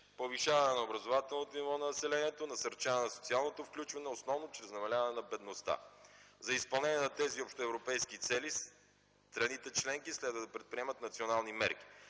повишаване на образователното ниво на населението; насърчаване на социалното включване основно чрез намаляване на бедността. За изпълнение на тези общоевропейски цели страните членки следва да предприемат национални мерки.